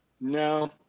no